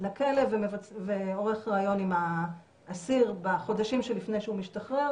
לכלא ועורך ריאיון עם האסירים בחודשים שלפני שהוא משתחרר,